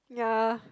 ya